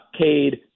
Cade